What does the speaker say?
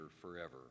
forever